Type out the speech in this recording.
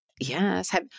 Yes